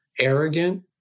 arrogant